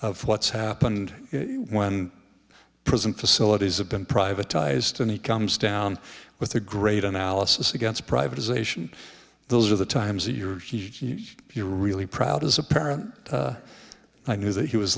of what's happened one prison facilities a been privatized and he comes down with a great analysis against privatization those are the times that you're you're really proud as a parent i knew that he was